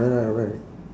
right ah right